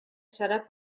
serà